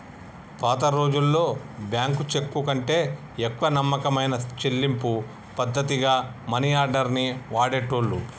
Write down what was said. పాతరోజుల్లో బ్యేంకు చెక్కుకంటే ఎక్కువ నమ్మకమైన చెల్లింపు పద్ధతిగా మనియార్డర్ ని వాడేటోళ్ళు